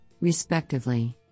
respectively